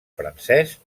francès